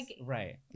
right